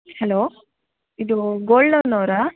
hello ಇದು gold loan ಅವರಾ